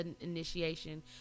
initiation